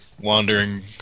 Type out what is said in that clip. wandering